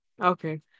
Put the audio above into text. Okay